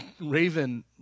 Raven